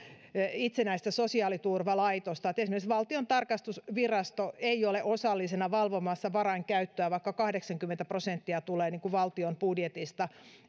itsenäistä sosiaaliturvalaitosta esimerkiksi valtion tarkastusvirasto ei ole osallisena valvomassa varainkäyttöä vaikka kahdeksankymmentä prosenttia tulee valtion budjetista